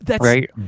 Right